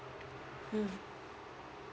mm